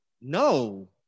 No